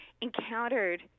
encountered